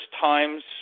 times